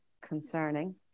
concerning